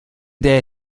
der